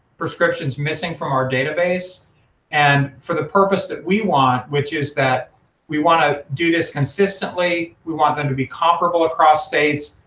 prescriptions missing from our database and for the purpose that we want, which is that we want to do this consistently, we want them to comparable across states,